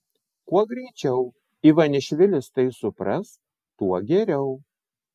kuo greičiau ivanišvilis tai supras tuo geriau